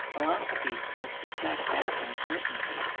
philosophies must reflect that uncertainty.